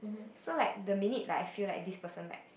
so like the minute like I feel like this person like